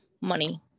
money